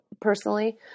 personally